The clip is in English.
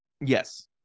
yes